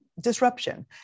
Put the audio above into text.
disruption